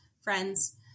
friends